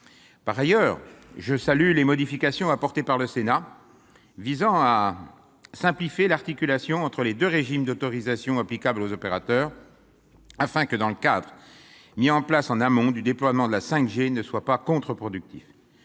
Par ailleurs, je salue les modifications apportées par le Sénat visant à simplifier l'articulation entre les deux régimes d'autorisation applicables aux opérateurs, afin que le cadre mis en place en amont du déploiement de la 5G ne soit pas contreproductif.